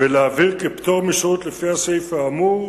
ולהבהיר כי פטור משירות לפי הסעיף האמור,